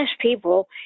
people